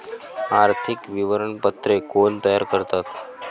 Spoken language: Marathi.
आर्थिक विवरणपत्रे कोण तयार करतात?